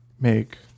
make